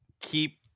keep